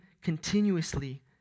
continuously